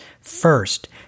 First